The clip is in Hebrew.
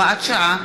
הוראת שעה),